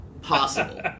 Possible